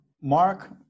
Mark